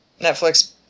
Netflix